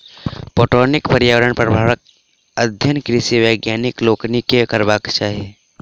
पटौनीक पर्यावरणीय प्रभावक अध्ययन कृषि वैज्ञानिक लोकनि के करबाक चाही